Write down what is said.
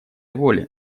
воли